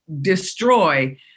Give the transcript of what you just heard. destroy